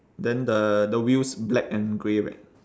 then the the wheels black and grey right